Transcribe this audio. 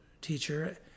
teacher